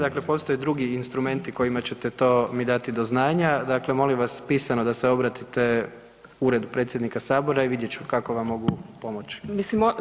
Dakle, postoje drugi instrumenti kojima ćete to mi dati do znanja, dakle molim vas pisano da se obratite Uredu predsjednika Sabora i vidjet ću kako vam mogu pomoći.